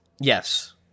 Yes